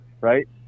right